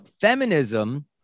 feminism